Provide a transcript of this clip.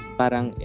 parang